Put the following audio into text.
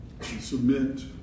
submit